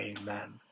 Amen